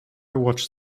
watched